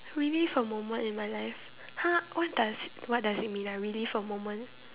relive a moment in my life !huh! what does what does it mean ah relive a moment